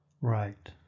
Right